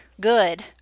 good